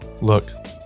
Look